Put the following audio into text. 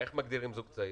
איך מגדירים זוג צעיר?